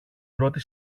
πρώτη